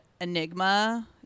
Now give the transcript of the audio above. Enigma